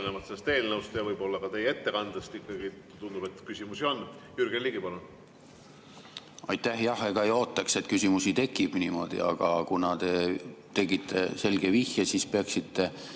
sellest eelnõust ja võib-olla ka teie ettekandest tundub, et küsimusi ikkagi on. Jürgen Ligi, palun! Aitäh! Jah, ega ei ootaks, et küsimusi tekib, aga kuna te tegite selge vihje, siis peaksite